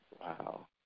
wow